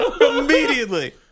immediately